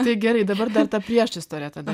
tai gerai dabar dar ta priešistorė tada